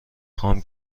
خوام